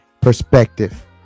perspective